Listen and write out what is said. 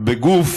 בגוף